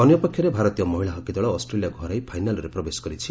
ଅନ୍ୟପକ୍ଷରେ ଭାରତୀୟ ମହିଳା ହକି ଦଳ ଅଷ୍ଟ୍ରେଲିଆକୁ ହରାଇ ଫାଇନାଲ୍ରେ ପ୍ରବେଶ କରିଛି